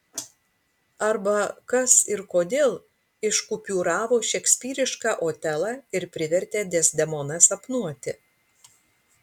arba kas ir kodėl iškupiūravo šekspyrišką otelą ir privertė dezdemoną sapnuoti